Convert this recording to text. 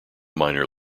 minor